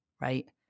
right